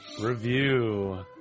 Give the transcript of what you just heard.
Review